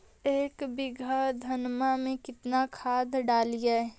एक बीघा धन्मा में केतना खाद डालिए?